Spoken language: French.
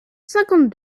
cinquante